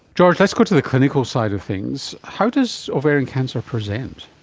george, let's go to the clinical side of things. how does ovarian cancer present?